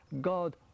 God